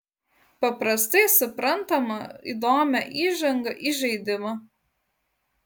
paprastai suprantamą įdomią įžangą į žaidimą